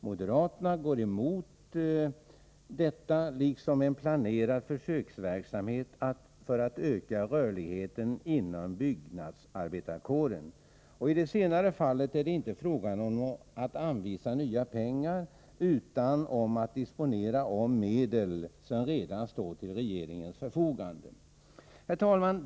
Moderaterna går emot detta, liksom en planerad försöksverksamhet för att öka rörligheten inom byggnadsarbetarkåren. I det senare fallet gäller det inte att anvisa nya pengar, utan att disponera om medel som redan står till regeringens förfogande. Herr talman!